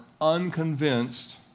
unconvinced